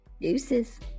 Deuces